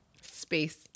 space